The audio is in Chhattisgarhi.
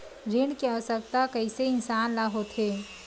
ऋण के आवश्कता कइसे इंसान ला होथे?